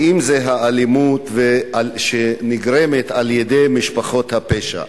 ואם האלימות שנגרמת על-ידי משפחות הפשע.